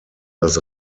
das